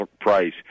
price